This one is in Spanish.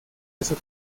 eso